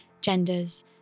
genders